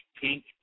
Pink